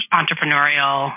entrepreneurial